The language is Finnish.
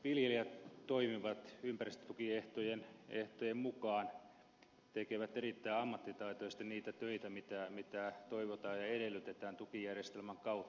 viljelijät toimivat ympäristötukiehtojen mukaan tekevät erittäin ammattitaitoisesti niitä töitä mitä toivotaan ja edellytetään tukijärjestelmän kautta